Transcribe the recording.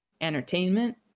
entertainment